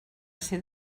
ser